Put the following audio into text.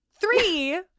Three